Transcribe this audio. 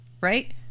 right